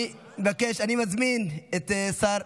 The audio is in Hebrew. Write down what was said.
אני מזמין את השר,